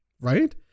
right